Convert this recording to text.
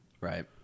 Right